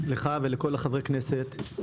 לכל חברי הכנסת,